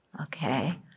Okay